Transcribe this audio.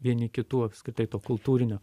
vieni kitų apskritai to kultūrinio